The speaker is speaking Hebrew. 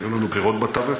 היו לנו בחירות בתווך,